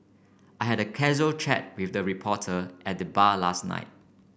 I had a casual chat with a reporter at the bar last night